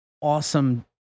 awesome